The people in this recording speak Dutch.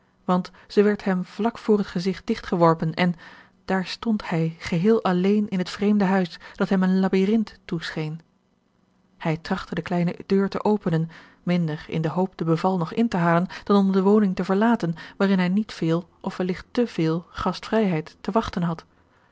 want zij werd hem vlak voor het gezigt digt geworpen en daar stond hij geheel alleen in het vreemde huis dat hem een labyrinth toescheen hij trachtte de kleine deur te openen minder in de hoop de beval nog in te halen dan om de woning te verlaten waarin hij niet veel of welligt te veel gastvrijheid te wachten had